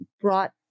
brought